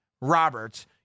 Roberts